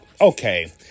Okay